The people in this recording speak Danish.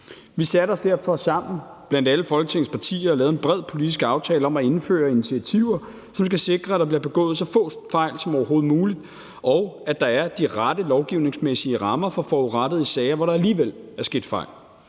Vi satte os derfor sammen med alle Folketingets partier og lavede en bred politisk aftale om at indføre initiativer, som skal sikre, at der bliver begået så få fejl som overhovedet muligt, og at der er de rette lovgivningsmæssige rammer for forurettede i sager, hvor der alligevel er sket fejl.